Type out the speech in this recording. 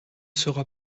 sera